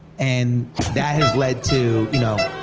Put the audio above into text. and that has led to, you know,